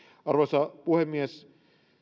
arvoisa puhemies